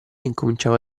incominciava